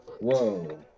Whoa